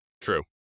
True